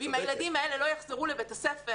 אם הילדים האלה לא יחזרו לבית הספר